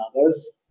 others